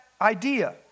idea